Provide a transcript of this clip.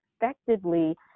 effectively